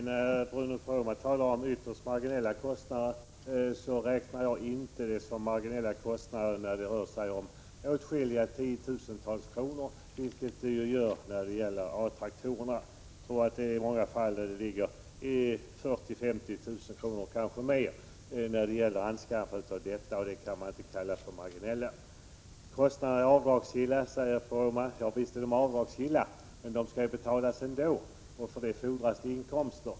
Herr talman! Bruno Poromaa talar om ytterst marginella kostnader. Men jag räknar det inte som marginella kostnader när det rör sig om tiotusentals kronor, vilket det gör när det gäller A-traktorerna. I många fall handlar det om 40 000-50 000 kr. och kanske mer när det gäller anskaffande i de här fallen, och det kan jag inte kalla marginellt. Kostnaderna är avdragsgilla, säger Bruno Poromaa. Ja, men de skall ju betalas ändå, och för det fordras det inkomster.